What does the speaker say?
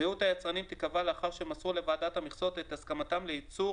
זהות היצרנים תיקבע לאחר שמסרו לוועדת המכסות את הסכמתם לייצור